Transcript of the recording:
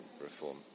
reform